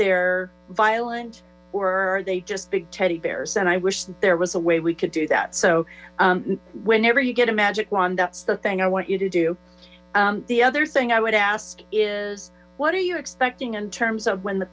they're violent or are they just big teddy bears and i wish there was a way we could do that so whenever you get a magic wand that's the thing i want you to do the other thing i would ask is what are you expecting in terms of when the